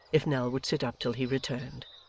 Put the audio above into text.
if nell would sit up till he returned.